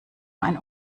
ein